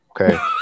okay